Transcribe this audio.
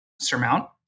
surmount